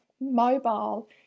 mobile